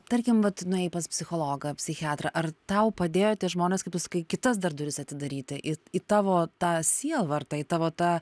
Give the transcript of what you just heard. tarkim vat nuėjai pas psichologą psichiatrą ar tau padėjo tie žmonės kaip tu sakai kitas dar duris atidaryti it į tavo tą sielvartą į tavo tą